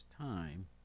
time